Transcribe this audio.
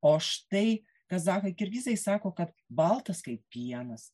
o štai kazachai kirgizai sako kad baltas kaip pienas